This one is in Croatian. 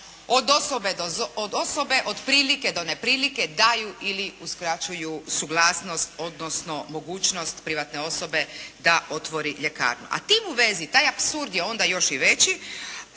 od prilike do neprilike daju ili uskraćuju suglasnost odnosno mogućnost privatne osobe da otvori ljekarnu. A tim u vezi taj apsurd je onda još i veći